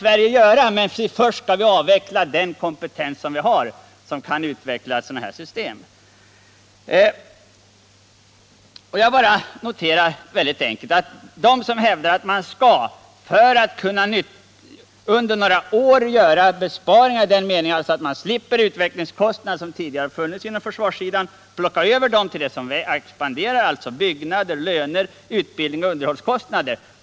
Låt mig bara notera att de som hävdar att man skall ta pengar från forskning och utveckling för att göra en statsfinansiell vinst är beredda att rasera vår mest utvecklade industri, vår främsta spjutspets. Man är beredd till detta för att göra besparingar i den meningen att man slipper utvecklingskostnader som tidigare funnits på försvarssidan och kan plocka över de pengarna till andra sektorer i försvaret, alltså byggnader, löner, utbildning och underhållskostnader.